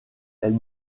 elle